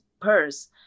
purse